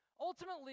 ultimately